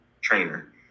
trainer